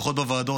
לפחות בוועדות,